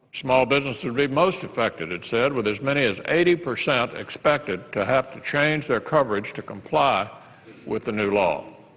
small businesses will be most affected, it said, with as many as eighty percent expected to have to change their coverage to comply with the new law.